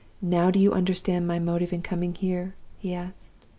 now do you understand my motive in coming here he asked.